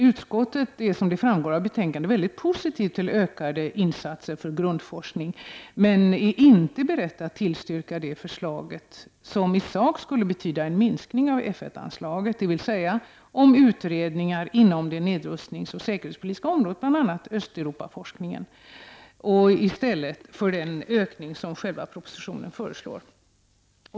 Utskottet är, som framgår av betänkandet, mycket positivt till ökade insatser för grundforskning men är inte berett att tillstyrka det förslaget, som i sak skulle betyda en minskning av F 1-anslaget, dvs. anslaget till utredningar inom det nedrustningsoch säkerhetspolitiska området, bl.a. öststatsforskningen, i stället för den ökning som föreslås i propositionen.